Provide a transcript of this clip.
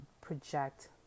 project